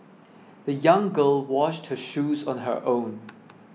the young girl washed her shoes on her own